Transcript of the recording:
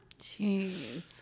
Jeez